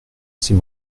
ses